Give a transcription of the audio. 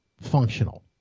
functional